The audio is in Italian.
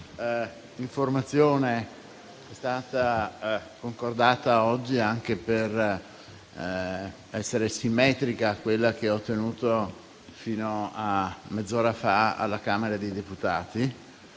informativa è stata concordata oggi anche per essere simmetrica a quella che ho tenuto fino a mezz'ora fa alla Camera dei deputati.